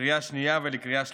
לקריאה שנייה ולקריאה שלישית.